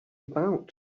about